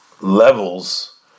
levels